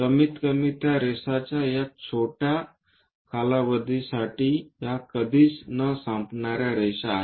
कमीत कमी त्या रस्त्याच्या त्या छोट्या कालावधीसाठी या कधीच न संपणाऱ्या रेषा आहेत